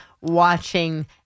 watching